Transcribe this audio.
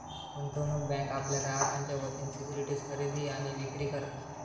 गुंतवणूक बँक आपल्या ग्राहकांच्या वतीन सिक्युरिटीज खरेदी आणि विक्री करता